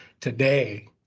Today